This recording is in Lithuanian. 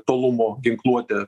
tolumo ginkluotė